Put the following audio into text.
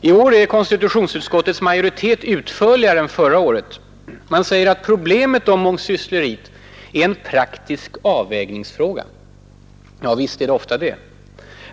I år är konstitutionsutskottets majoritet utförligare än förra året. Man säger att mångsyssleriet är en ”praktisk avvägningsfråga”. Ja, visst är det ofta det.